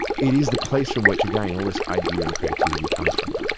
it is the place from which, again, all this idea and creativity comes from.